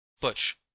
Butch